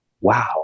wow